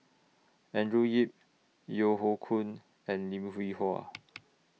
Andrew Yip Yeo Hoe Koon and Lim Hwee Hua